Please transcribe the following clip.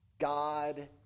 God